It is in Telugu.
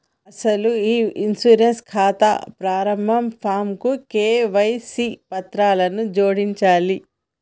అసలు ఈ ఇన్సూరెన్స్ ఖాతా ప్రారంభ ఫాంకు కేవైసీ పత్రాలను జోడించాలి